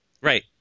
Right